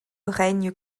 règne